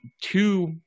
two